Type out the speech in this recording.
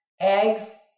eggs